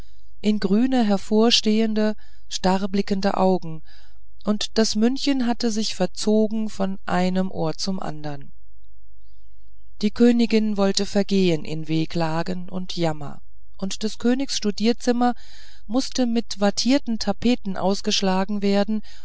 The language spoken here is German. in grüne hervorstehende starrblickende augen und das mündchen hatte sich verzogen von einem ohr zum andern die königin wollte vergehen in wehklagen und jammer und des königs studierzimmer mußte mit wattierten tapeten ausgeschlagen werden